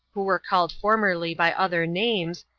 who were called formerly by other names,